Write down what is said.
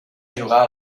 jugar